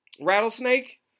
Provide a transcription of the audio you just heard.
Rattlesnake